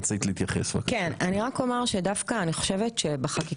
אני חושב שכל מה שמנסים לעשות,